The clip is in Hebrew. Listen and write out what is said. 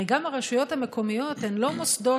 הרי גם הרשויות המקומיות הן לא מוסדות